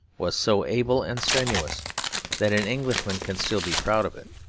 was so able and strenuous that an englishman can still be proud of it.